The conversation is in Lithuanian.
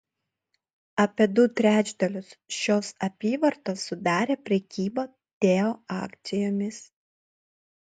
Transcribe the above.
apie du trečdalius šios apyvartos sudarė prekyba teo akcijomis